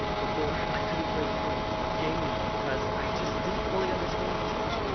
before, i couldn't break free of gaming because i just didn't fully understand the truth.